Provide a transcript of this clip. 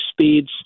speeds